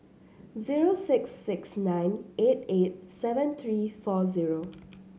zero six six nine eight eight seven three four zero